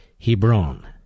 Hebron